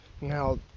Now